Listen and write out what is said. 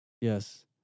Yes